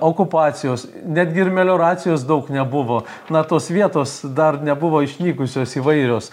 okupacijos netgi ir melioracijos daug nebuvo na tos vietos dar nebuvo išnykusios įvairios